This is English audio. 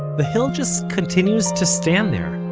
the hill just continues to stand there.